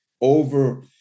over